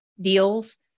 deals